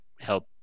help